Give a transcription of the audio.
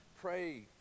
Pray